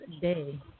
day